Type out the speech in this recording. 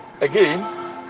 Again